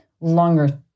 longer